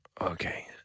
Okay